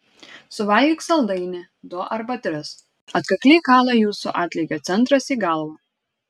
suvalgyk saldainį du arba tris atkakliai kala jūsų atlygio centras į galvą